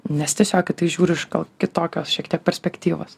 nes tiesiog į tai žiūriu aš gal kitokios šiek tiek perspektyvos